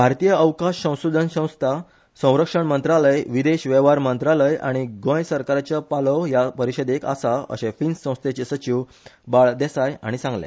भारतीय अवकाश संशोधन संस्था संरक्षण मंत्रालय विदेश वेव्हार मंत्रालय आनी गोय सरकाराच्या पालोव ह्या परिशेदेंत आसा असे फिन्स संस्थेचे सचीव बाळ देसाय हाणी सागंले